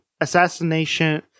Assassination